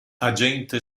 agente